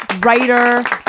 writer